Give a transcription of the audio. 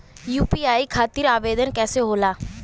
UPI खातिर आवेदन कैसे होला?